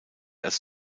als